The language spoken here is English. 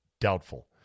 doubtful